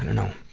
know,